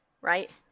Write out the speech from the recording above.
right